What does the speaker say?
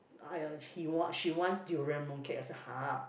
!aiya! he want she wants durian mooncake I say !huh!